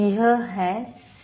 यह है सी